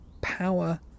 power